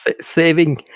saving